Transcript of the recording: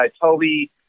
Toby